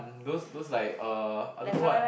mm those those like uh I don't know what